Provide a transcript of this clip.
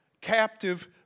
Captive